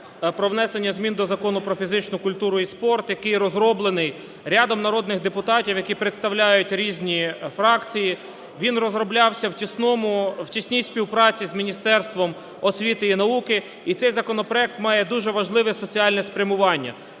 про внесення змін до Закону про фізичну культуру і спорт, який розроблений рядом народних депутатів, які представляють різні фракції. Він розроблявся в тісній співпраці з Міністерством освіти і науки, і цей законопроект має дуже важливе соціальне спрямування.